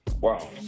Wow